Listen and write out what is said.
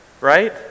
right